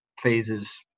phases